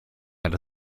had